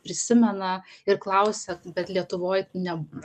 prisimena ir klausia bet lietuvoj neb